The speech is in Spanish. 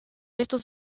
estos